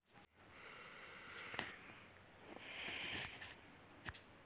समुद्र में पाई जाने वाली तेइस प्रतिशत प्रजातियां मोलस्क में आती है